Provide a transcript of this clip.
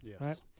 Yes